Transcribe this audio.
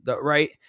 Right